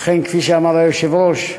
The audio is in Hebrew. אכן, כפי שאמר היושב-ראש,